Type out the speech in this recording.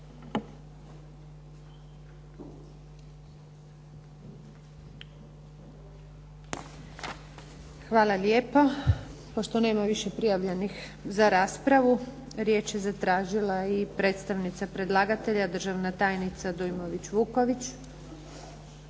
Hvala lijepo. Pošto nema više prijavljenih za raspravu riječ je zatražila i predstavnica predlagatelja državna tajnica Dujmović Vuković.